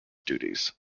duties